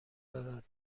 دارد